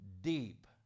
deep